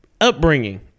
upbringing